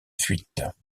fuite